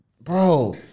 Bro